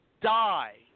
die